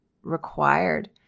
required